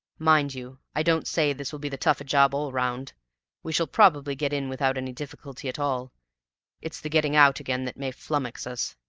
mind you, i don't say this will be the tougher job all round we shall probably get in without any difficulty at all it's the getting out again that may flummox us.